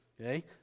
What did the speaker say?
Okay